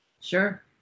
Sure